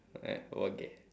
alright okay